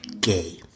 gay